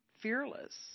fearless